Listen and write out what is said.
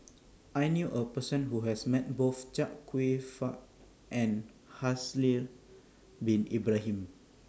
I knew A Person Who has Met Both Chia Kwek Fah and Haslir Bin Ibrahim